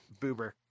Boober